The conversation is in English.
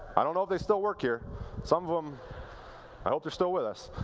i don't know if they still work here some of them i hope they're still with us.